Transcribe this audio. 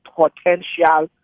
potential